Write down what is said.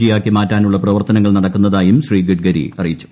G ആക്കി മാറ്റാനുള്ള പ്രവർത്തനങ്ങൾ നടക്കുന്നതായും ശ്രീ ഗഡ്കരി അറിയിച്ചു